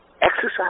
Exercise